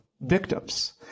victims